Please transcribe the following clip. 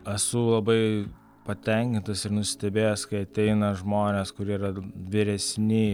esu labai patenkintas ir nusistebėjęs kai ateina žmonės kurie yra vyresni